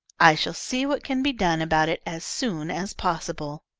i shall see what can be done about it, as soon as possible.